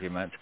argument